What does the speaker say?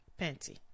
Panty